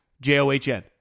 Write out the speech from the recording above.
J-O-H-N